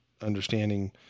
understanding